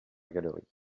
galeries